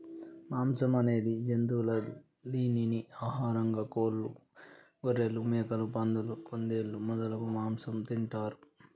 మాంసం అనేది జంతువుల దీనిని ఆహారంగా కోళ్లు, గొఱ్ఱెలు, మేకలు, పందులు, కుందేళ్లు మొదలగు మాంసం తింటారు